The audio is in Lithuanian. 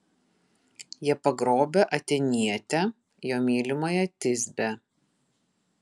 jie pagrobę atėnietę jo mylimąją tisbę